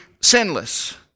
sinless